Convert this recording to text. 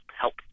help